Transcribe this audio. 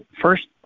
first